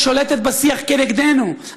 ששולטת בשיח כנגדנו,